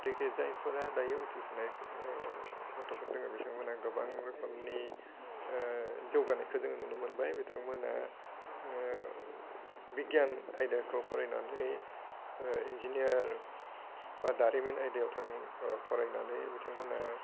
गथिखे जायफोरा दायो उथिफुनाय गथ'फोर दङो बिथांमोनहा गोबां रोखोमनि जौगानायखौ जोङो नुनो मोनबाय बिथांमोना बिगियान आयदाखौ फरायनानै इन्जिनियार बा दारिमिन आयदायाव थां फरायनानै बिथांमोना